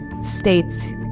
states